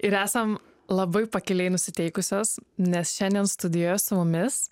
ir esam labai pakiliai nusiteikusios nes šiandien studijoj su mumis